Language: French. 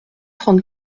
trente